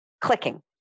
clicking